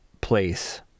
place